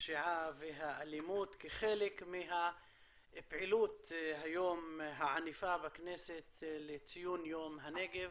הפשיעה והאלימות כחלק מהפעילות הענפה היום לציון יום הנגב